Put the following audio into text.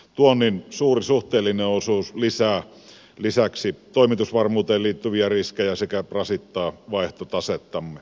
tuonnin suuri suhteellinen osuus lisää lisäksi toimitusvarmuuteen liittyviä riskejä sekä rasittaa vaihtotasettamme